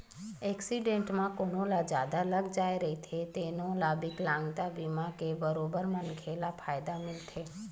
accident म कोनो ल जादा लाग जाए रहिथे तेनो म बिकलांगता बीमा के बरोबर मनखे ल फायदा मिलथे